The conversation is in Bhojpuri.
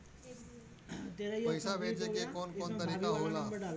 पइसा भेजे के कौन कोन तरीका होला?